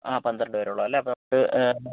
ആ പന്ത്രണ്ട് പേരേ ഉള്ളൂ അല്ലേ അപ്പോൾ പ്